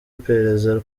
iperereza